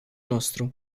nostru